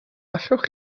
allwch